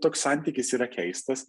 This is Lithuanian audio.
toks santykis yra keistas